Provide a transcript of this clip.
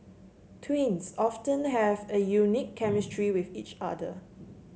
twins often have a unique chemistry with each other